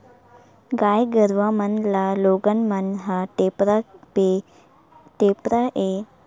गाय गरुवा मन ल लोगन मन ह टेपरा ऐ पाय के पहिराथे के कहूँ बरदी म ले कोनो गाय गरु मन ह छूट जावय ता बने झटकून मिल जाय कहिके